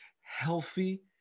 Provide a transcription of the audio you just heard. healthy